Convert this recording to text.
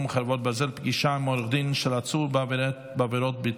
(חרבות ברזל) (פגישה עם עורך דין של עצור בעבירת ביטחון),